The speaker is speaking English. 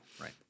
right